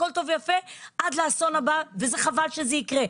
הכול טוב ויפה עד האסון הבא שיבוא וחבל שזה יקרה.